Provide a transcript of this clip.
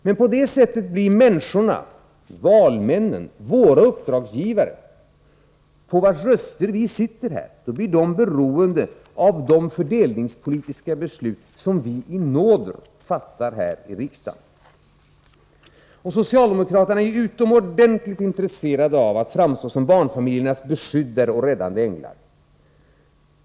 Men på det sättet blir människorna, valmännen, våra uppdragsgivare, på vilkas röster vi fått våra mandat här, beroende av de fördelningspolitiska beslut som vi i nåder fattar här i riksdagen. Socialdemokraterna är utomordentligt intresserade av att framstå som barnfamiljernas beskyddare och räddande änglar.